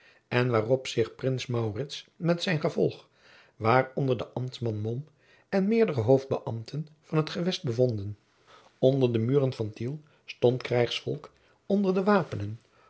en waarop zich prins maurits met zijn gevolg waaronder de ambtman mom en meerdere hoofdbeambten van het gewest bevonden onder de muren van tiel stond krijgsvolk onder de wapenen